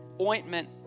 ointment